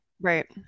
Right